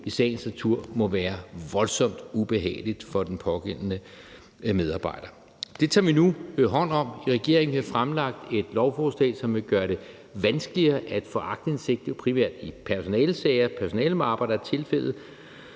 i sagens natur må være voldsomt ubehageligt for den pågældende medarbejder. Det tager vi nu hånd om. Regeringen har fremsat et lovforslag, som vil gøre det vanskeligere at få aktindsigt, jo primært i personalesager, altså i personalemapper, som det er tilfældet,